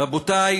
רבותי,